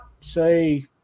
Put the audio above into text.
say